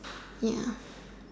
ya